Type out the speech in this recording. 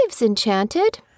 Enchanted